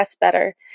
better